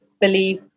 believe